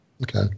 Okay